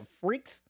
freaks